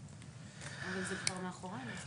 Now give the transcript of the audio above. אבל זה כבר מאחורינו.